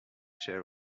share